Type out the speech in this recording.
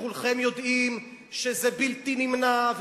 וכולכם יודעים שזה בלתי נמנע,